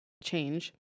change